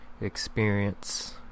experience